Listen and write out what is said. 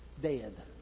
dead